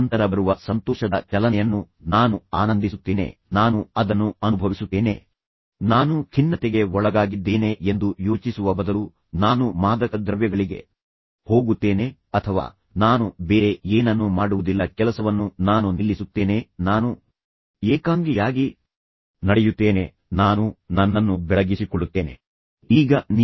ಆದರೆ ನಂತರ ಬರುವ ಸಂತೋಷದ ಚಲನೆಯನ್ನು ನಾನು ಆನಂದಿಸುತ್ತೇನೆ ನಾನು ಅದನ್ನು ಅನುಭವಿಸುತ್ತೇನೆ ನಾನು ಖಿನ್ನತೆಗೆ ಒಳಗಾಗಿದ್ದೇನೆ ಎಂದು ಯೋಚಿಸುವ ಬದಲು ನಾನು ಮಾದಕ ದ್ರವ್ಯಗಳಿಗೆ ಹೋಗುತ್ತೇನೆ ಅಥವಾ ನಾನು ಬೇರೆ ಏನನ್ನೂ ಮಾಡುವುದಿಲ್ಲ ಕೆಲಸವನ್ನು ನಾನು ನಿಲ್ಲಿಸುತ್ತೇನೆ ನಾನು ಏಕಾಂಗಿಯಾಗಿ ನಡೆಯುತ್ತೇನೆ ನಾನು ನನ್ನನ್ನು ಬೆಳಗಿಸಿಕೊಳ್ಳುತ್ತೇನೆ ಮತ್ತು ನಂತರ ನಾನು ಏನನ್ನೂ ಮಾಡುವುದಿಲ್ಲ